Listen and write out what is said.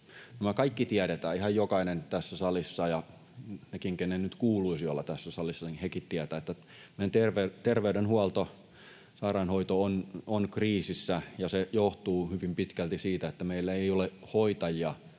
Mehän kaikki tiedetään — ihan jokainen tässä salissa tietää, ja nekin tietävät, kenen nyt kuuluisi olla tässä salissa — että meidän terveydenhuolto, sairaanhoito on kriisissä, ja se johtuu hyvin pitkälti siitä, että meillä ei ole hoitajia